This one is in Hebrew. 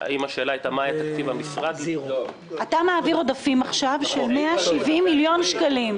אתה מעביר כאן עודפים של 170 מיליון שקלים,